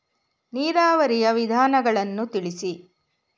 ನೀರಾವರಿಯ ವಿಧಾನಗಳನ್ನು ತಿಳಿಸಿ?